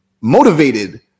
motivated